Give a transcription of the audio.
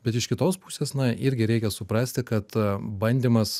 bet iš kitos pusės na irgi reikia suprasti kad bandymas